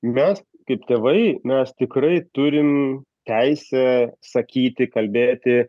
mes kaip tėvai mes tikrai turim teisę sakyti kalbėti